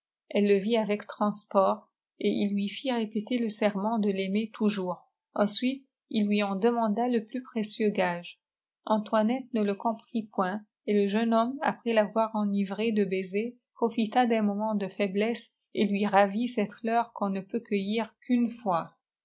elle le vit avec transport et il lui fit répéter le sennent de l'aimer toujours ensuite il lui en demanda le plus précieux gage antoinette ne le comprit point et le jeune homme après l'avoir enivrée de baisers profita d'un moment de faiblesse et lui ravit cette fleur qu'on ne peut cueillir qu'une fois